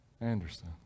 Anderson